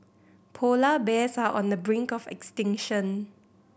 polar bears are on the brink of extinction